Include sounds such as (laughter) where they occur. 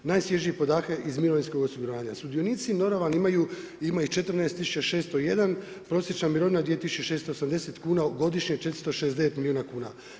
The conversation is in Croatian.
Najsvježiji podatak iz mirovinskog osiguranja, sudionici … (unintelligible) imaju 14601, prosječna mirovina 2680 kuna, godišnje 469 milijuna kuna.